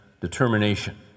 determination